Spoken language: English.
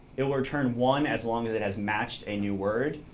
it will return one, as long as it has matched a new word,